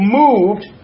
moved